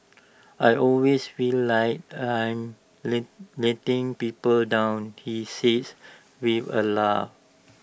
I always feel like I am let letting people down he says with A laugh